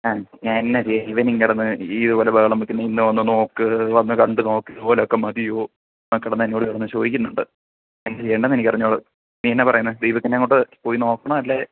ആ ഞാൻ എന്നാണ് ചെയ്യേണ്ടത് ഇവൻ ഈ കിടന്ന് ഈ ഇത്പോലെ ബഹളം വെക്കുന്നു ഇന്നവന് നോക്ക് വന്ന് കണ്ട് നോക്ക് ഇതുപോലെ ഒക്കെ മതിയോ ഇവിടെ കിടന്ന് എന്നോട് കിടന്ന് ചോദിക്കുന്നുണ്ട് എന്ത് ചെയ്യണമെന്ന് എനിക്കറിഞ്ഞ്കൂടാ നീ എന്നാൽ പറയുന്നത് ദീപക്കിന്റെ അങ്ങോട്ട് പോയി നോക്കണോ അല്ലേ